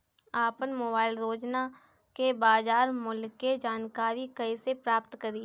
आपन मोबाइल रोजना के बाजार मुल्य के जानकारी कइसे प्राप्त करी?